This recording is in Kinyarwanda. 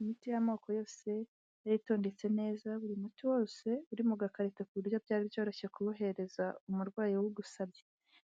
Imiti y'amoko yose yari itondetse neza, buri muti wose uri mu gakarito ku buryo byari byoroshye kuwuhereza umurwayi uwugusabye,